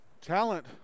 Talent